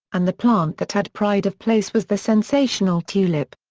and the plant that had pride of place was the sensational tulip.